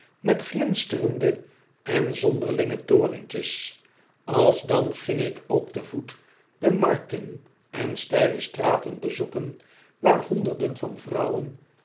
met glinsterende en zonderlinge torentjes alsdan ging ik ook te voet de markten en steile straten bezoeken waar honderden van vrouwen